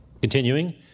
Continuing